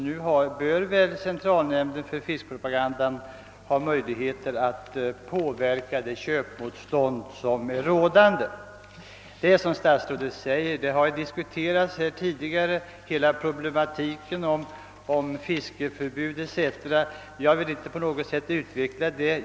Nu bör centralnämnden för fiskpropaganda ha möjligheter att påverka det köpmotstånd mot fisk som råder. Hela problematiken om fiskeförbud etc. har, som statsrådet antydde i svaret, tidigare diskuterats här i kammaren, och jag skall inte ytterligare utveckla synpunkterna.